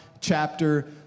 chapter